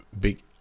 big